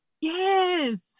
Yes